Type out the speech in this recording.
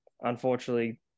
unfortunately